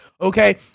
okay